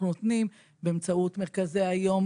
באמצעות מרכזי היום,